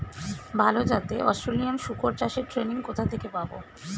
ভালো জাতে অস্ট্রেলিয়ান শুকর চাষের ট্রেনিং কোথা থেকে পাব?